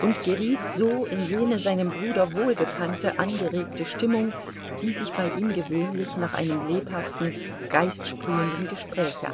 und geriet so in jene seinem bruder wohlbekannte angeregte stimmung die sich bei ihm gewöhnlich nach einem lebhaften geistsprühenden gespräche